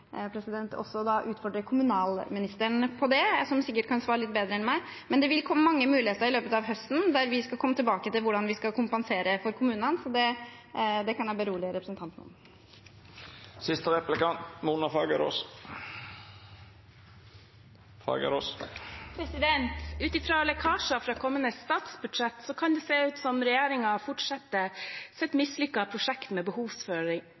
utfordrer kommunalministeren på det, som sikkert kan svare litt bedre enn meg, men det vil komme mange muligheter i løpet av høsten, der vi skal komme tilbake til hvordan vi skal kompensere for kommunene. Det kan jeg berolige representanten med. Ut fra lekkasjer fra kommende statsbudsjett kan det se ut som om regjeringen fortsetter sitt mislykkede prosjekt med